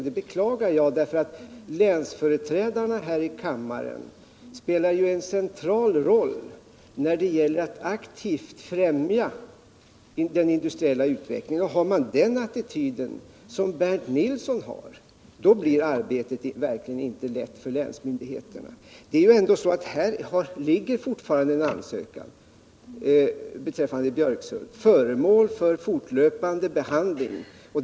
Detta beklagar jag, därför att länsföreträdarna här i kammaren spelar en centrat roll när det gäller att aktivt främja den industriella utvecklingen. Har man den attityd som Bernt Nilsson har blir arbetet verkligen inte lätt för länsmyndigheterna. Här ligger fortfarande en ansökan beträffande Björkshult och den är föremål för fortlöpande behandling.